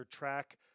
track